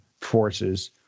forces